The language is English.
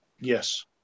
Yes